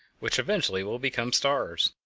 which eventually will become stars.